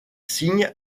signe